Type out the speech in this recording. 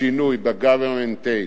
השינוי ב-government take,